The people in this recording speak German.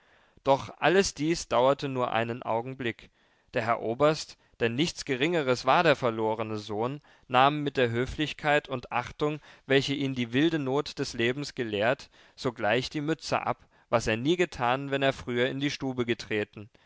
doch alles dies dauerte nur einen augenblick der herr oberst denn nichts geringeres war der verlorene sohn nahm mit der höflichkeit und achtung welche ihn die wilde not des lebens gelehrt sogleich die mütze ab was er nie getan wenn er früher in die stube getreten